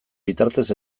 bitartez